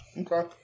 Okay